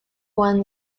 one